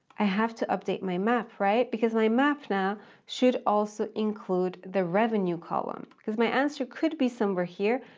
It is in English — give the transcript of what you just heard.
i have to update my map, right? because my map now should also include the revenue column, because my answer could be somewhere here,